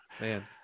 man